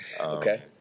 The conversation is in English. Okay